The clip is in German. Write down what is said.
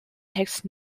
text